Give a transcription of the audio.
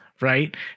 right